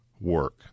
work